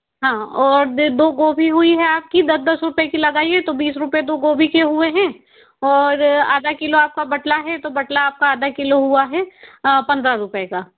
हाँ और दो गोबी हुई है आपकी दस दस रुपए की लगायी है तो बीस रुपए तो गोबी के हुए हैं और आधा किलो आपका बटला है तो बटला आपका आधा किलो हुआ है पन्द्रह रुपए का